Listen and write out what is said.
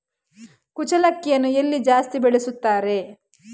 ಕುಚ್ಚಲಕ್ಕಿಯನ್ನು ಎಲ್ಲಿ ಜಾಸ್ತಿ ಬೆಳೆಸುತ್ತಾರೆ?